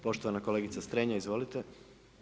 Poštovana kolegica Strenja, izvolite.